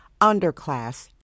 underclass